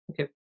Okay